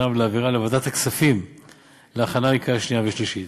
ולהעבירה לוועדת הכספים להכנה לקריאה שנייה ושלישית.